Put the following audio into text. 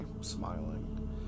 smiling